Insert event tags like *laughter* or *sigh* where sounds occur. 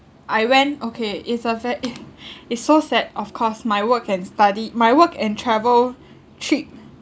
I went okay it's a ver~ *laughs* it's so sad of course my work and study my work and travel trip